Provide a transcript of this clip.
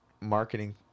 marketing